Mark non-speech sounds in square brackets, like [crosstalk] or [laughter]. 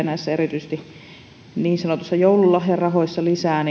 [unintelligible] näissä eduskunnan niin sanotuissa joululahjarahoissa lisää [unintelligible]